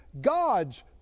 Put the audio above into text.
God's